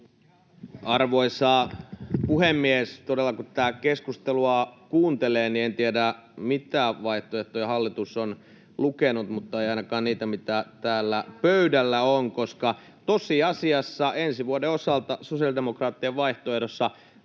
Arvoisa puhemies! Todella, kun tätä keskustelua kuuntelee, en tiedä, mitä vaihtoehtoja hallitus on lukenut, mutta ei ainakaan niitä, mitä täällä pöydällä on. Tosiasiassa ensi vuoden osalta sosiaalidemokraattien vaihtoehdossa